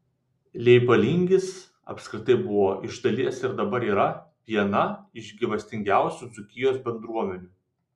leipalingis apskritai buvo iš dalies ir dabar yra viena iš gyvastingiausių dzūkijos bendruomenių